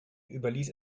überließ